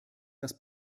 das